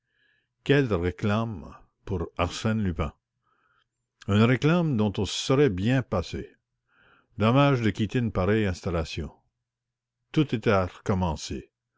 quelle réclame pour arsène lupin une réclame dont on se serait bien passé dommage de quitter une pareille installation peste soit